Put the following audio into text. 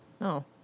no